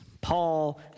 Paul